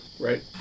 right